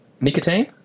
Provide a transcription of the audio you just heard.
Nicotine